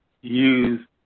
use